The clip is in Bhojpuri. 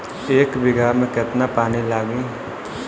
एक बिगहा में केतना पानी लागी?